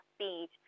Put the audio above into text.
speed